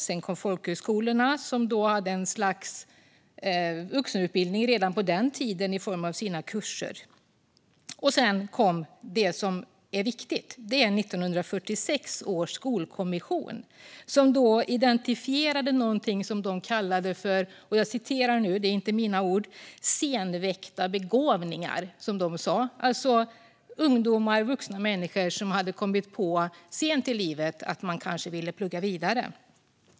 Sedan kom folkhögskolorna, som redan då hade ett slags vuxenutbildning i form av sina kurser. Viktig var 1946 års skolkommission, som identifierade något de kallade senväckta begåvningar, alltså vuxna människor som kommit på sent i livet att de ville plugga vidare.